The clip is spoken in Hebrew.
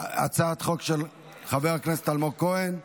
הצעת חוק של חבר הכנסת אלמוג כהן.